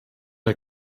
der